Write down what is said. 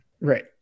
Right